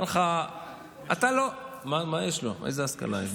איזו השכלה?